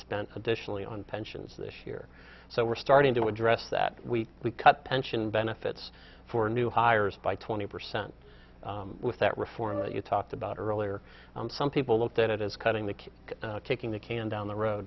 spent additionally on pensions this year so we're starting to address that we we cut pension benefits for new hires by twenty percent with that reform that you talked about earlier some people looked at it as cutting the cake kicking the can down the road